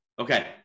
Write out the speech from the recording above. Okay